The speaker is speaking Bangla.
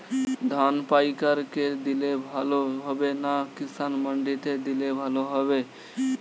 ধান পাইকার কে দিলে ভালো হবে না কিষান মন্ডিতে দিলে ভালো হবে?